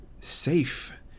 safe